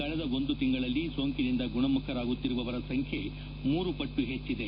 ಕಳೆದ ಒಂದು ತಿಂಗಳಲ್ಲಿ ಸೋಂಕಿನಿಂದ ಗುಣಮುಖರಾಗುತ್ತಿರುವವರ ಸಂಖ್ಯೆ ಮೂರು ಪಟ್ಟು ಹೆಚ್ಚಿದೆ